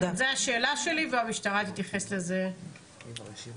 זה השאלה שלי והמשטרה תתייחס לזה בסוף.